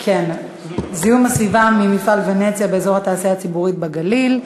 זיהום הסביבה ממפעל "פניציה" באזור התעשייה ציפורית בגליל,